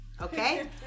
Okay